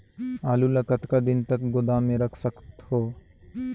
आलू ल कतका दिन तक गोदाम मे रख सकथ हों?